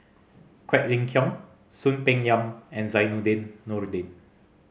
Quek Ling Kiong Soon Peng Yam and Zainudin Nordin